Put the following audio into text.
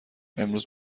امروز